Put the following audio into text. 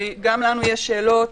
וגם לנו יש שאלות,